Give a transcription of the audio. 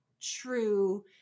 true